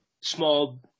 small